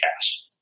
cash